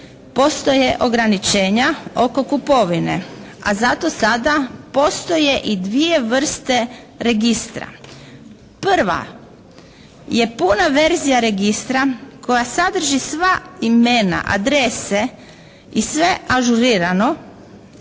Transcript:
postoje ograničenja oko kupovine, a zato sada postoje i dvije vrste registra. Prva je puna verzija registra koja sadrži sva imena, adrese i sve ažurirano,